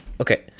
okay